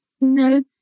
no